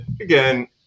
again